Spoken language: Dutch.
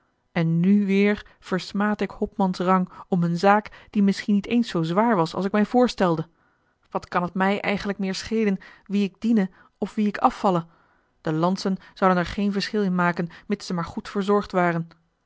en nu weêr versmaad ik hopmans rang om eene zaak die misschien niet eens zoo zwaar was als ik mij voorstelde wat kan het mij eigenlijk meer schelen wien ik diene of wien ik afvalle de lantzen zouden er geen verschil in maken mits ze maar goed verzorgd waren